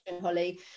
holly